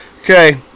Okay